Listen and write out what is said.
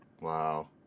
Wow